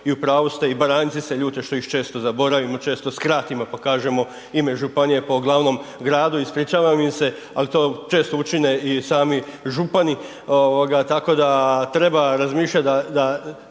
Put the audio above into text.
i u pravu ste i Baranjci se ljute što ih često zaboravimo, često skratimo, pa kažemo ime županije po glavnom gradu, ispričavam im se, al to često učine i sami župani, tako da treba razmišljat da